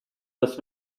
this